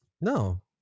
no